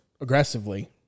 aggressively